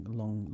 long